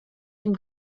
ihm